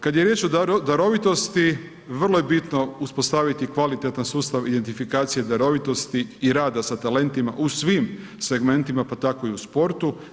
Kad je riječ o darovitosti, vrlo je bitno uspostaviti kvalitetan sustav i identifikacije darovitosti i rada sa talentima u svim segmentima, pa tako i u sportu.